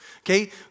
okay